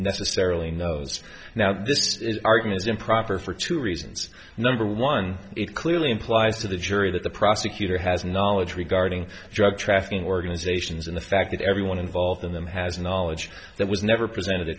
necessarily knows now this argument is improper for two reasons number one it clearly implies to the jury that the prosecutor has knowledge regarding drug trafficking organizations and the fact that everyone involved in them has knowledge that was never presented a